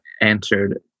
answered